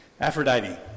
Aphrodite